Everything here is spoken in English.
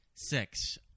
six